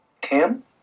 Tim